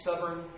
stubborn